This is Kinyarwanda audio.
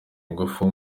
ingufu